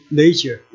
nature